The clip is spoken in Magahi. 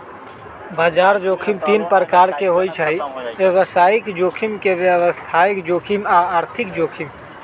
बजार जोखिम तीन प्रकार के होइ छइ व्यवसायिक जोखिम, गैर व्यवसाय जोखिम आऽ आर्थिक जोखिम